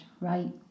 Right